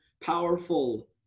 powerful